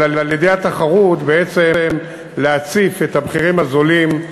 אלא על-ידי התחרות בעצם להציף את המחירים הזולים.